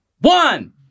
One